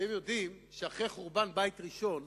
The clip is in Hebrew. אתם יודעים שאחרי חורבן בית ראשון